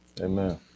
amen